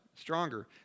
Stronger